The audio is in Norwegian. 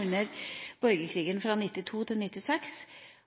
under borgerkrigen fra